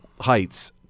heights